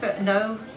no